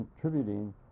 contributing